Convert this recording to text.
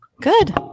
Good